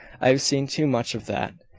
i have seen too much of that.